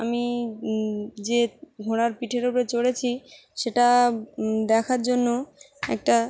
আমি যে ঘোড়ার পিঠের ওপরে চড়েছি সেটা দেখার জন্য একটা